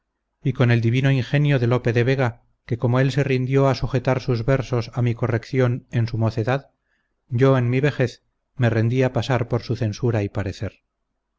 y con el divino ingenio de lope de vega que como él se rindió a sujetar sus versos a mi corrección en su mocedad yo en mi vejez me rendí a pasar por su censura y parecer